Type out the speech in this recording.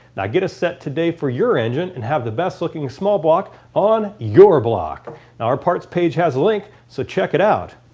now get a set today for your engine and have the best looking small block on your block now our partz page has a link, so check it out!